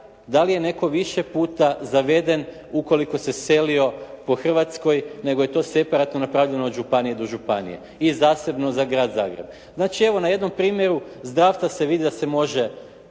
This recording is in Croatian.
da li je netko više puta zaveden ukoliko se selio po Hrvatskoj nego je to separatno napravljeno od županije do županije i zasebno za grad Zagreb. Znači evo na jednom primjeru znatno se vidi da se može